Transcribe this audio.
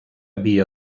via